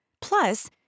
Plus